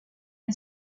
and